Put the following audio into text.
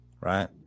Right